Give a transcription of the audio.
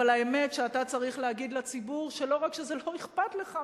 אבל האמת שאתה צריך להגיד לציבור שלא רק שזה לא אכפת לך,